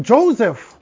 Joseph